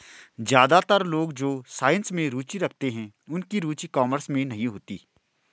ज्यादातर लोग जो साइंस में रुचि रखते हैं उनकी रुचि कॉमर्स में नहीं होती